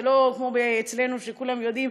זה לא כמו אצלנו שכולם יודעים,